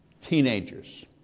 teenagers